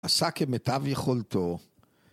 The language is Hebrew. עשה כמיטב יכולתו